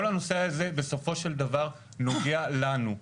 כל הנושא הזה בסופו של דבר נוגע לנו.